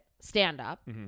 stand-up